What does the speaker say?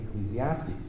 Ecclesiastes